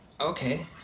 okay